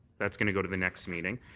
that's going to go to the next meeting.